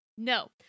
No